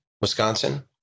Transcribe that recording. Wisconsin